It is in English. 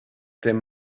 them